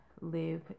live